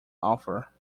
author